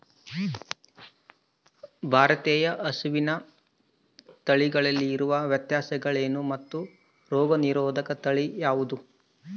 ಭಾರತೇಯ ಹಸುವಿನ ತಳಿಗಳಲ್ಲಿ ಇರುವ ವ್ಯತ್ಯಾಸಗಳೇನು ಮತ್ತು ರೋಗನಿರೋಧಕ ತಳಿ ಯಾವುದು?